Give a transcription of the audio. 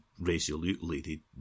resolutely